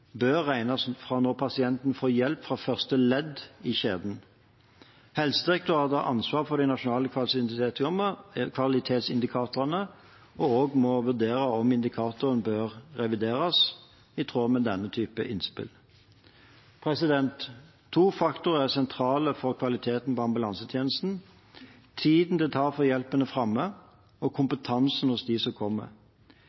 bør regnes fra når pasienten får hjelp fra første ledd i kjeden. Helsedirektoratet har ansvaret for de nasjonale kvalitetsindikatorene og må også vurdere om indikatorene bør revideres, i tråd med denne typen innspill. To faktorer er sentrale for kvaliteten på ambulansetjenesten: tiden det tar før hjelpen er framme